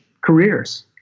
careers